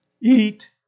eat